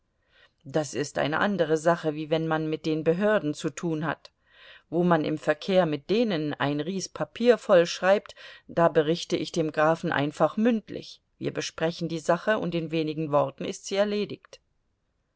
das ist eine andere sache wie wenn man mit den behörden zu tun hat wo man im verkehr mit denen ein ries papier vollschreibt da berichte ich dem grafen einfach mündlich wir besprechen die sache und in wenigen worten ist sie erledigt